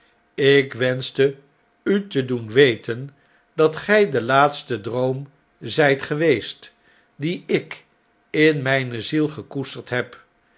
ik wenschte u te doen weten dat gij de laatste droom zjjt geweest dien ik in mijne ziel gekoesterd heb